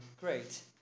great